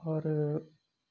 اور